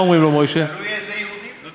לא צריכים, אבל היהודים בוודאי שלא.